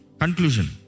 conclusion